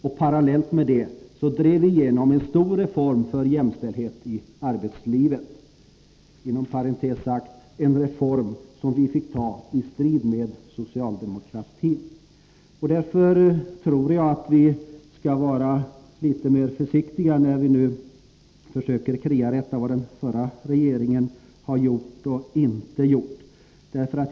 Och parallellt med det drev vi igenom en stor reform för jämställdhet i arbetslivet — inom parentes sagt en reform som vi fick ta beslut om i strid med socialdemokratin. Därför tror jag att man skall vara litet mer försiktig när man nu försöker kriarätta och gå igenom vad den förra regeringen har gjort och inte gjort.